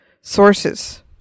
sources